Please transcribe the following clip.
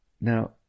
Now